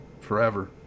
forever